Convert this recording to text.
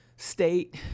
State